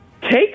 take